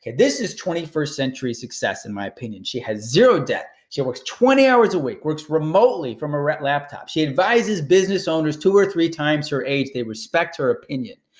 this is twenty first century success in my opinion. she has zero debt. she works twenty hours a week, works remotely from her laptop, she advises business owners two or three times her age, they respect her opinion.